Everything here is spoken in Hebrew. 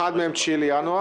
אחד מהם זה 9 לינואר.